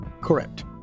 Correct